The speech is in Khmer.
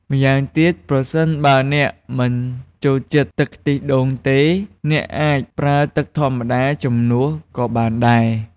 ម្យ៉ាងទៀត ប្រសិនបើអ្នកមិនចូលចិត្តទឹកខ្ទិះដូងទេ អ្នកអាចប្រើទឹកធម្មតាជំនួសក៏បានដែរ។